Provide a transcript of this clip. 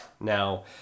Now